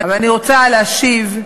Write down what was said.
אבל אני רוצה להשיב,